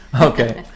Okay